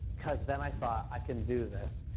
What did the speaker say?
because then i thought, i can do this.